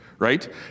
Right